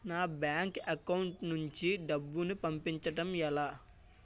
నా bank account నుంచి డబ్బును పంపించడం ఎలా?